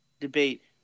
debate